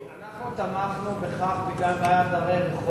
אנחנו תמכנו בכך בגלל בעיית דרי רחוב,